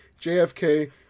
JFK